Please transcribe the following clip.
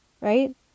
right